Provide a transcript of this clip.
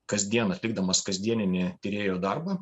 kasdien atlikdamas kasdieninį tyrėjo darbą